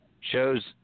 shows